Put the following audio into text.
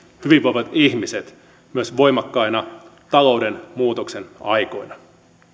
hyvinvoivat ihmiset myös voimakkaina talouden muutoksen aikoina